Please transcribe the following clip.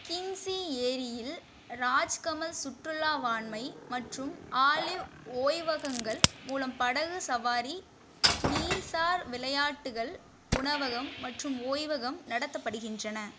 கிண்ட்ஸி ஏரியில் ராஜ்கமல் சுற்றுலாவாண்மை மற்றும் ஆலிவ் ஓய்வகங்கள் மூலம் படகு சவாரி நீர் சார் விளையாட்டுகள் உணவகம் மற்றும் ஓய்வகம் நடத்தப்படுகின்றன